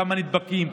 כמה נדבקים,